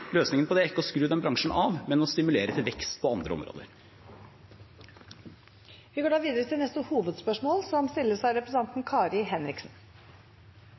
Løsningen på det er ikke å skru den bransjen av, men å stimulere til vekst på andre områder. Vi går videre til neste hovedspørsmål.